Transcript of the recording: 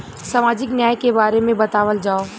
सामाजिक न्याय के बारे में बतावल जाव?